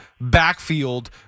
backfield